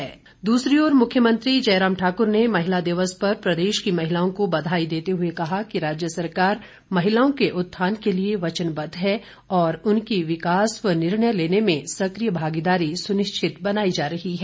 जयराम ठाकुर दूसरी ओर मुख्यमंत्री जयराम ठाकुर ने महिला दिवस पर प्रदेश की महिलाओं को बधाई देते हुए कहा कि राज्य सरकार महिलाओं के उत्थान के लिए वचनबद्व है और उनकी विकास व निर्णय लेने में सक्रिय भागीदारी सुनिश्चित बनाई जा रही है